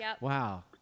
wow